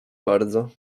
bardzo